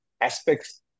aspects